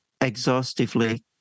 exhaustively